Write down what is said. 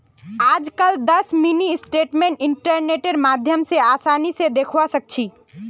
आजकल दस mini statement इन्टरनेटेर माध्यम स आसानी स दखवा सखा छी